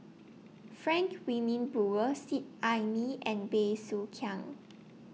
Frank Wilmin Brewer Seet Ai Mee and Bey Soo Khiang